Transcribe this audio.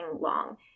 long